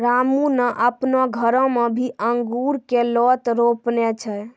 रामू नॅ आपनो घरो मॅ भी अंगूर के लोत रोपने छै